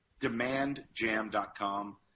demandjam.com